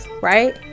right